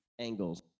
Angles